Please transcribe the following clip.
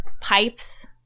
pipes